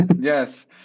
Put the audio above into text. Yes